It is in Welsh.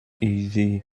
iddi